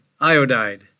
iodide